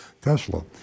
Tesla